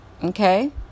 Okay